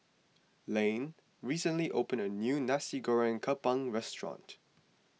Lane recently opened a new Nasi Goreng Kampung restaurant